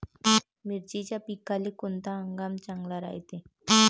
मिर्चीच्या पिकाले कोनता हंगाम चांगला रायते?